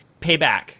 payback